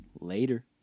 Later